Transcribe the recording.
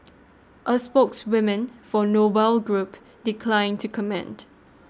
a spokeswoman for Noble Group declined to comment